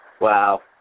Wow